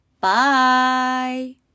Bye